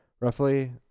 Roughly